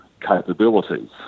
capabilities